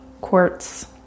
quartz